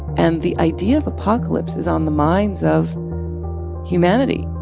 and the idea of apocalypse is on the minds of humanity